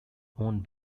owned